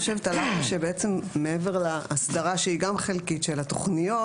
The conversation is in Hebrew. עלה פה שבעצם מעבר להסדרה שהיא גם חלקית של התוכניות,